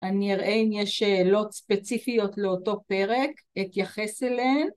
אני אראה אם יש שאלות ספציפיות לאותו פרק, אתייחס אליהן